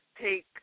take